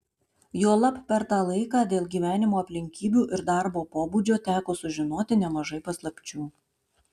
juolab per tą laiką dėl gyvenimo aplinkybių ir darbo pobūdžio teko sužinoti nemažai paslapčių